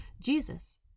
Jesus